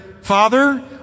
Father